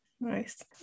Nice